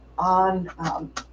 on